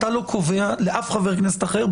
אתה לא קובע לשום חבר כנסת אחר,